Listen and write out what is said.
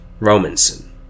Romanson